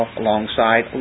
alongside